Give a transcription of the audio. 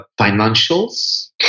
financials